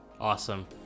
awesome